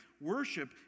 Worship